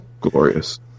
Glorious